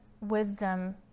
wisdom